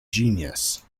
genius